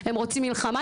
הם רוצים מלחמה,